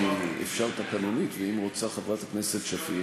אם אפשר תקנונית ואם רוצה חברת הכנסת שפיר,